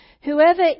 whoever